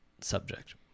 subject